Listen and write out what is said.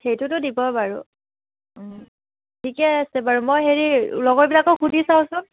সেইটোতো দিব বাৰু ঠিকে আছে বাৰু মই হেৰি লগৰবিলাকক সুধি চাওঁচোন